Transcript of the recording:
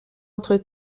entre